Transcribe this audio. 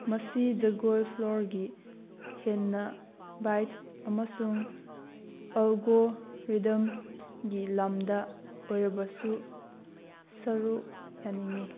ꯃꯁꯤ ꯖꯒꯣꯏ ꯐ꯭ꯂꯣꯔꯒꯤ ꯍꯦꯟꯅ ꯕꯥꯏꯠ ꯑꯃꯁꯨꯡ ꯑꯦꯜꯒꯣꯔꯤꯗꯝꯒꯤ ꯂꯝꯗ ꯑꯣꯏꯔꯕꯁꯨ ꯁꯔꯨꯛ ꯌꯥꯅꯤꯡꯏ